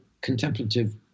contemplative